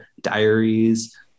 Diaries